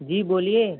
जी बोलिए